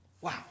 Wow